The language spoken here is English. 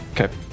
Okay